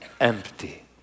empty